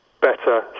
better